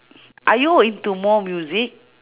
are you into more music